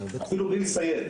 אפילו בלי לסייד.